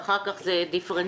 ואחר כך זה דיפרנציאלי.